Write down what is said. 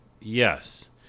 Yes